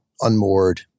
unmoored